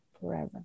forever